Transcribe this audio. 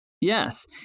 Yes